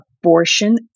abortion